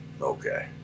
Okay